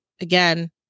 again